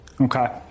Okay